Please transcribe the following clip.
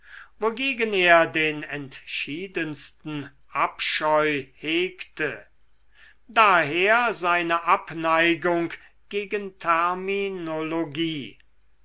wogegen er den entschiedensten abscheu hegte daher seine abneigung gegen terminologie